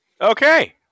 okay